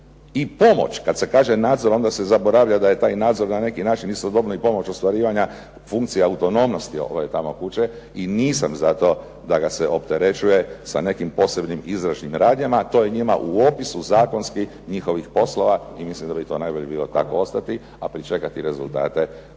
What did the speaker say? i pomoć. Kada se kaže nadzor onda se zaboravlja da je taj nadzor na neki način i pomoć ostvarivanja funkcije autonomnosti tamo kuće. I nisam zato da ga se opterećuje sa nekim posebnim izvršnim radnjama, a to je njima u opisu zakonski njihovih poslova i mislim da bi to najbolje bilo da tako i ostane, a pričekati rezultate da se vidi